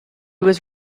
was